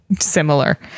similar